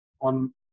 on